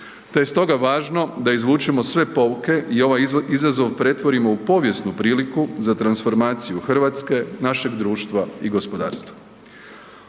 te je stoga važno da izvučemo sve pouke i ovaj izazov pretvorimo u povijesnu priliku za transformaciju Hrvatske, našeg društva i gospodarstva.